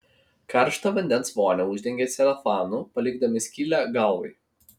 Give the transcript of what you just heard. karštą vandens vonią uždengia celofanu palikdami skylę galvai